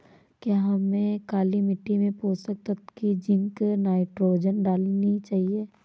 क्या हमें काली मिट्टी में पोषक तत्व की जिंक नाइट्रोजन डालनी चाहिए?